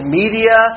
media